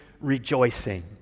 rejoicing